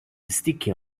sticky